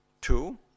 two